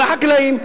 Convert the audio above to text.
והחקלאים,